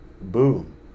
boom